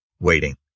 Waiting